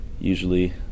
Usually